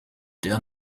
der